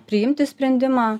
priimti sprendimą